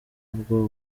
bwo